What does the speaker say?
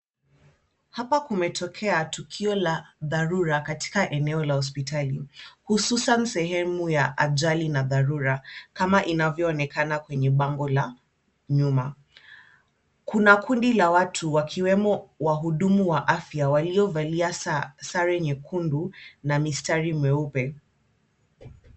Hapa kumetokea tukio la dharura katika eneo la hospitali hususan sehemu ya ajali na dharura kama inavyoonekana kwenye bango la nyuma. Kuna kundi la watu wakiwemo wahudumu wa afya waliovalia sare nyekundu na mistari meupe.